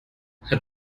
hat